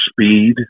speed